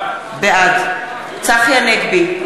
בעד צחי הנגבי,